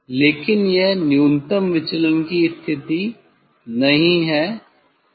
लेकिन यह न्यूनतम विचलन की स्थिति नहीं है